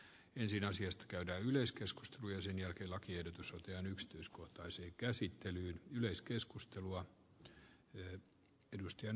ensin yleiskeskustelu ja sen jälkeen lakiehdotus kään yksityiskohtaisen käsittelyn yleiskeskustelua sitten yksityiskohtainen käsittely